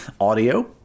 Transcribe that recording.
Audio